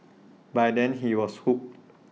by then he was hooked